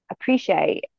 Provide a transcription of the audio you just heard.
appreciate